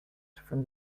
from